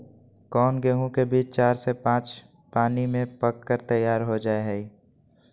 कौन गेंहू के बीज चार से पाँच पानी में पक कर तैयार हो जा हाय?